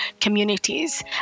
communities